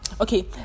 okay